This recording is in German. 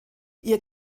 ihr